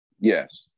Yes